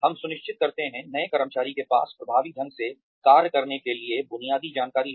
हम सुनिश्चित करते हैं नए कर्मचारी के पास प्रभावी ढंग से कार्य करने के लिए बुनियादी जानकारी हो